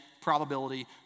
probability